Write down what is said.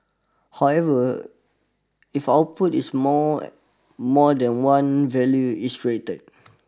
however if output is more more than one value is created